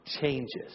changes